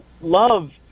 Love